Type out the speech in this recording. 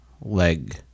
leg